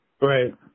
Right